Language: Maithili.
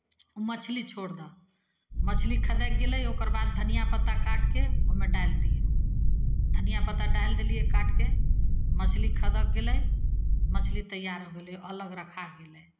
मछली छोड़ि दह मछली खदकि गेलै ओकर बाद धनियाँ पत्ता काटि कऽ ओहिमे डालि दियौ धनियाँ पत्ता डालि देलियै काटि कऽ मछली खदकि गेलै मछली तैयार हो गेलै अलग रखा गेलै